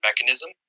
mechanism